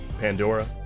Pandora